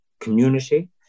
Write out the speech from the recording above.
community